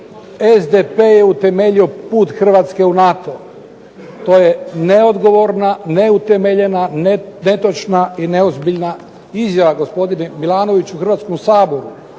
SDP je utemeljio put Hrvatske u NATO. To je neodgovorna, neutemeljena, netočna i neozbiljna izjava gospodine Milanoviću u Hrvatskom saboru.